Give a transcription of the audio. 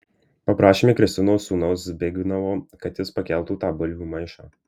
paprašėme kristinos sūnaus zbignevo kad jis pakeltų tą bulvių maišą